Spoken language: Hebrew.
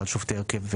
כלל שופטי ההרכב,